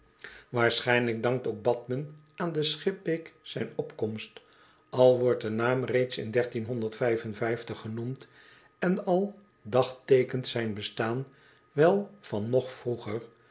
waarschijnlijk dankt ook bathmen aan de schipbeek zijn opkomst al wordt de naam reeds in genoemd en al dagteekent zijn bestaan wel van nog vroeger